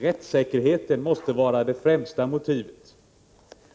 Rättssäkerheten måste vara det främsta motivet,